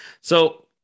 So-